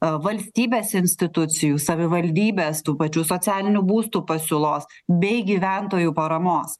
a valstybės institucijų savivaldybės tų pačių socialinių būstų pasiūlos bei gyventojų paramos